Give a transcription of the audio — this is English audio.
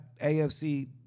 AFC